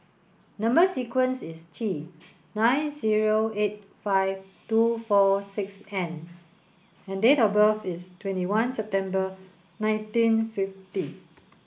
number sequence is T nine zero eight five two four six N and date of birth is twenty one September nineteen fifty